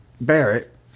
Barrett